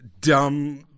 dumb